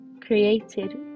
created